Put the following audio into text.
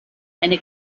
eine